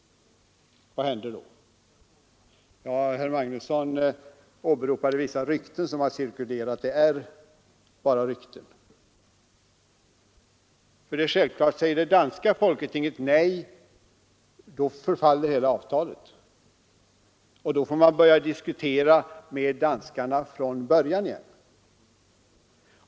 Herr Magnusson i Kristinehamn åberopade vissa rykten som har cirkulerat, men jag vill poängtera att det bara är rykten. Om folketinget säger nej, så förfaller naturligtvis hela avtalet, och då får vi börja diskutera med danskarna från början igen.